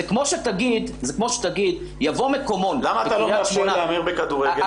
זה כמו שתגיד יבוא מקומון --- למה אתה לא מאפשר להמר בכדורגל נשים?